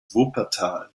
wuppertal